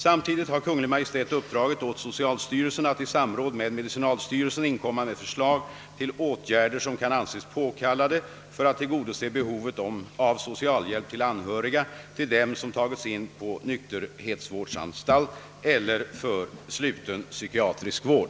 Samtidigt har Kungl. Maj:t uppdragit åt socialstyrelsen att i såmråd med medicinalstyrelsen inkomma med förslag till åtgärder som kan anses påkallade för att tillgodose behovet av 'socialhjälp till anhöriga till: dem som tagits in på nykterhetsvårdsanstalt eller för sluten psykiatrisk vård.